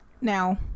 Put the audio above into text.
now